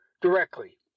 directly